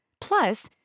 Plus